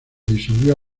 disolvió